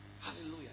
Hallelujah